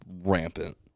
rampant